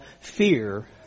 fear